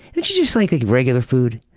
but you just like ah regular food?